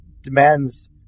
demands